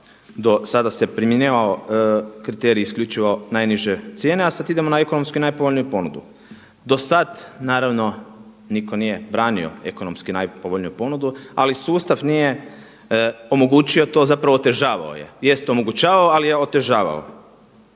do sada se primjenjivao kriterij isključivo najniže cijene, a sada idemo na ekonomski najpovoljniju ponudu. Do sada naravno nitko nije branio ekonomski najpovoljniju ponudu, ali sustav nije omogućio to zapravo otežavao je, jest omogućavao ali je otežavao.